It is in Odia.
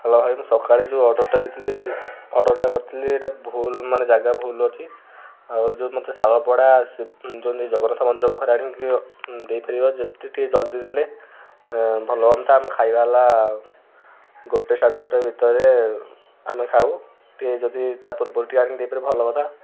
ହ୍ୟାଲୋ ଭାଇ ମୁଁ ସକାଳୁ ଯେଉଁ ଅର୍ଡ଼ର୍ଟା ଦେଇଥିଲି ଅର୍ଡ଼ର୍ଟା କରିଥିଲି ଏଇଟା ଭୁଲ୍ ମାନେ ଜାଗା ଭୁଲ୍ ଅଛି ଆଉ ଯେଉଁ ମୋତେ ଶାଳପଡ଼ା ଶି ଯେଉଁ ନେଇ ଜଗନ୍ନାଥ ମନ୍ଦିର ପାଖରେ ଆଣିକି ଦେଇପାରିବ ଯେତେ ଟିକେ ଜଲ୍ଦି ଦେଲେ ଭଲ ହୁଅନ୍ତା ଆମ ଖାଇବା ହେଲା ଗୋଟେ ସାଢ଼େ ଗୋଟେ ଭିତରେ ଆମେ ଖାଉ ଟିକେ ଯଦି ତା ପୂର୍ବରୁ ଟିକେ ଆଣିକି ଦେଇପାରିବେ ଭଲ କଥା